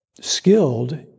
skilled